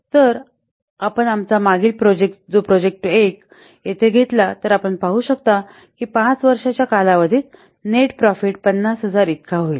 तर आपण आमचा मागील प्रोजेक्ट जो प्रोजेक्ट 1 येथे घेतला तर आपण पाहू शकता की 5 वर्षांच्या कालावधीत नेट प्रॉफिट 50000 इतका होईल